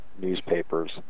newspapers